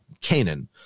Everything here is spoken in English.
Canaan